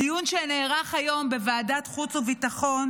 הדיון שנערך היום בוועדת החוץ והביטחון